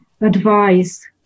advice